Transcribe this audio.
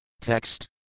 TEXT